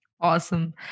Awesome